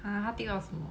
!huh! 她 tick 到什么